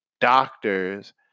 doctors